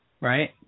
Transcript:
Right